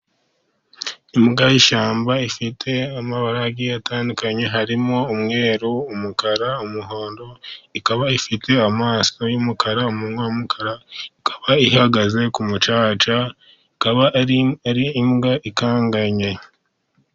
Imbwa y' ishyamba ifite amabara agiye atandukanye, harimo umweru, umukara, umuhondo ikaba ifite amaso y' umukara, umunwa w' umukara ikaba ihagaze ku mucaca ikaba ari imbwa ikanganye.